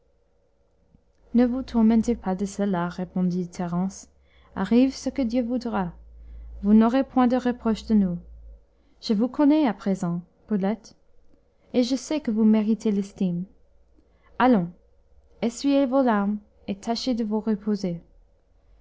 ne vous tourmentez pas de cela répondit thérence arrive ce que dieu voudra vous n'aurez point de reproche de nous je vous connais à présent brulette et je sais que vous méritez l'estime allons essuyez vos larmes et tâchez de vous reposer